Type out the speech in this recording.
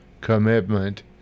commitment